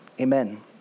Amen